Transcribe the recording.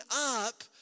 up